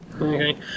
Okay